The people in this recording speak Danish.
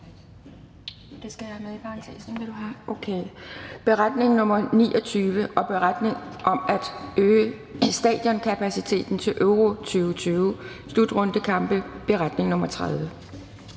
(Beretning nr. 29). Beretning om at øge stadionkapaciteten til EURO 2020-slutrundekampe. (Beretning nr. 30).